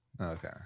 Okay